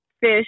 Fish